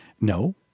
No